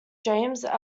james